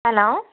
hello